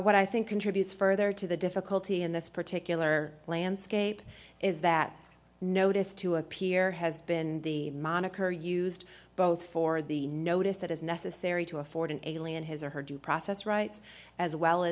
what i think contributes further to the difficulty in this particular landscape is that notice to appear has been the moniker used both for the notice that is necessary to afford an alien his or her due process rights as well